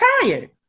tired